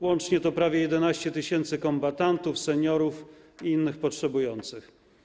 Łącznie jest to prawie 11 tys. kombatantów, seniorów i innych potrzebujących.